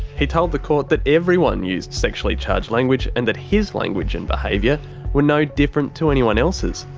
he told the court that everyone used sexually charged language and that his language and behaviour were no different to anyone else's.